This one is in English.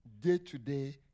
day-to-day